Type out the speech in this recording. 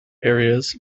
areas